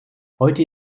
heute